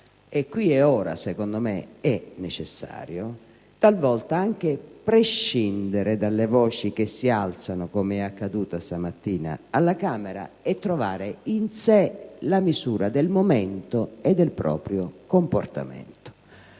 e qui e ora secondo me è necessario - prescindere dalle voci che si alzano, come accaduto stamattina alla Camera, e trovare in sé la misura del momento e del proprio comportamento.